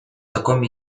таком